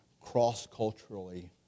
cross-culturally